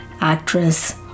actress